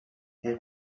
elle